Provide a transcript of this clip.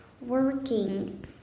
working